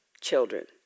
children